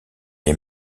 les